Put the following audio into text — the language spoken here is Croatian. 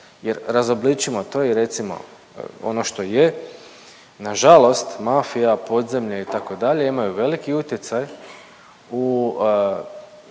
jer razobličimo to i recimo ono što je. Nažalost mafija, podzemlje itd. imaju veliki utjecaj u